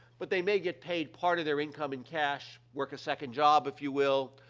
but they may get paid part of their income in cash, work a second job, if you will,